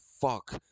fuck